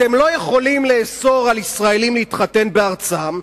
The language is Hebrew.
אתם לא יכולים לאסור על ישראלים להתחתן בארצם,